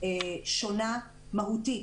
שונה מהותית,